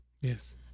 Yes